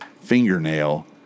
fingernail